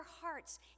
hearts